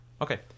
Okay